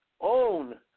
own